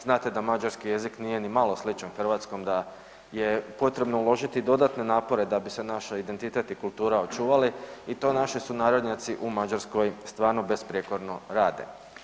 Znate da mađarski jezik nije nimalo sličan hrvatskom, da je potrebno uložiti dodatne napore da bi se naš identitet i kultura očuvali i to naši sunarodnjaci u Mađarskoj stvarno besprijekorno rade.